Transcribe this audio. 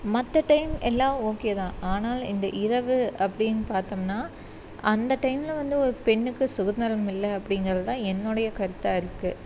மற்ற டைம் எல்லாம் ஓகே தான் ஆனால் இந்த இரவு அப்படின்னு பார்த்தோம்னா அந்த டைமில் வந்து ஒரு பெண்ணுக்கு சுதந்திரம் இல்லை அப்படிங்கிறது தான் என்னுடைய கருத்தாக இருக்குது